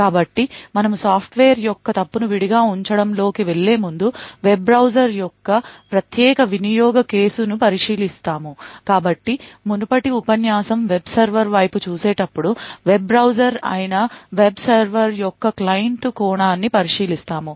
కాబట్టి మనము సాఫ్ట్వేర్ యొక్క తప్పును విడిగా ఉంచడంలోకి వెళ్లేముందు వెబ్ బ్రౌజర్ యొక్క ప్రత్యేక వినియోగ కేసును పరిశీలిస్తాము కాబట్టి మునుపటి ఉపన్యాసం వెబ్ సర్వర్ వైపు చూసేటప్పుడు వెబ్ బ్రౌజర్ అయిన వెబ్ సర్వర్ యొక్క క్లయింట్ కోణాన్ని పరిశీలిస్తాము